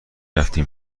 رفتتم